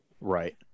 right